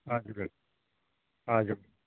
हजुर हजुर